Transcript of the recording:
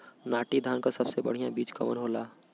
नाटी धान क सबसे बढ़िया बीज कवन होला?